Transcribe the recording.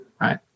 right